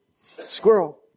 Squirrel